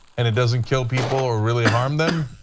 and it doesn't kill people or really harm them,